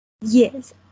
Yes